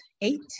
eight